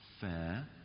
fair